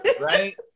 right